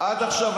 עד עכשיו,